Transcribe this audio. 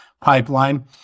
pipeline